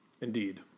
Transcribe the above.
Indeed